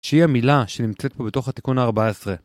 שהיא המילה שנמצאת פה בתוך התיקון ה-14.